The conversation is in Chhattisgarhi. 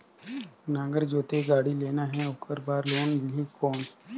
नागर जोते गाड़ी लेना हे ओकर बार लोन मिलही कौन?